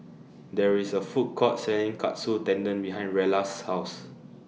There IS A Food Court Selling Katsu Tendon behind Rella's House